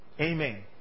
Amen